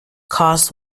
caused